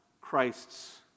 Christ's